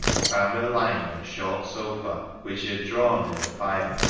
he found her lying on a short sofa which she had drawn near the fire.